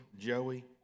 Joey